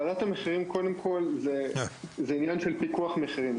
ועדת המחירים קודם כל זה עניין של פיקוח מחירים.